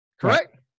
correct